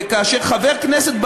וכאשר חבר כנסת,